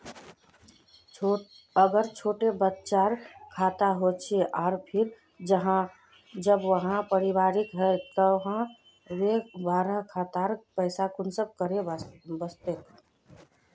अगर छोटो बच्चार खाता होचे आर फिर जब वहाँ परिपक है जहा ते वहार खातात पैसा कुंसम करे वस्बे?